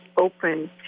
open